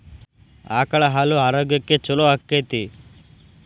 ಆಕಳ ಹಾಲು ಆರೋಗ್ಯಕ್ಕೆ ಛಲೋ ಆಕ್ಕೆತಿ?